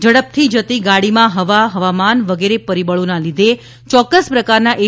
ઝડપથી જતી ગાડીમાં હવા હવામાન વગેરે પરિબળોના લીધે ચોક્ક્સ પ્રકારના એ